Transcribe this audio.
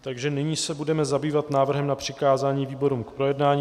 Takže nyní se budeme zabývat návrhem na přikázání výborům k projednání.